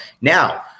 now